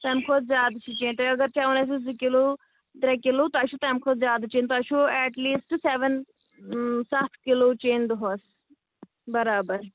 تمہِ کھۄتہٕ زیادٕ چھِ چیٚنۍ تُہۍ اگر چیٚوان ٲسِو زٕ کلوٗ ترٛےٚ کلوٗ تۄہہِ چھُو تمہِ کھۄتہٕ زیادٕ چیٚنۍ تۄہہِ چھُو ایٹ لیٖسٹہٕ سیٚون ستھ کلوٗ چیٚنۍ دۄہس برابر